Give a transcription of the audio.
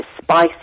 spicy